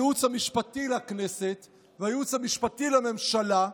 הייעוץ המשפטי לכנסת והייעוץ המשפטי לממשלה,